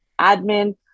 admin